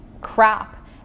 crap